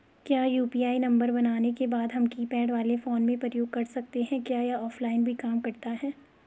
क्या UPI number बनाने के बाद हम कीपैड वाले फोन में प्रयोग कर सकते हैं क्या यह ऑफ़लाइन भी काम करता है?